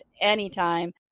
anytime